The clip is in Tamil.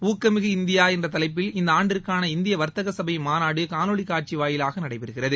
ஊக்கமிகு இந்தியா என்ற தலைப்பில் இந்த ஆண்டிற்கான இந்திய வர்த்தக சபை மாநாடு காணொலி காட்சி வாயிலாக நடைபெறுகிறது